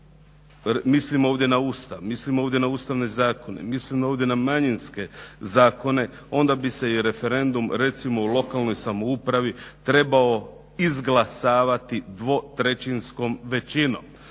mislim ovdje na Ustav, mislim ovdje na ustavne zakone, mislim ovdje na manjinske zakone, onda bi se i referendum recimo u lokalnoj samoupravi trebao izglasavati dvotrećinskom većinom,